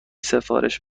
سفارش